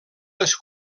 les